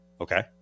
Okay